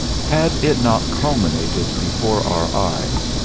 had it not culminated before our eyes,